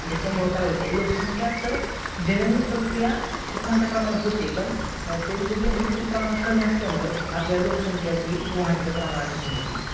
ज्याच्यामुळं काय होते लोकसंक्या तर जनन प्रक्रिया खूप मोठ्या प्रमाणात होते पण त्यांचं जे मृत्यू प्रमाण कमी असल्यामुळं आपल्या लोकसंख्य ती वाढत्या प्रमाणात दिसून येते